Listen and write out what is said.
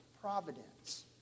Providence